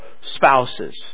spouses